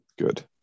Good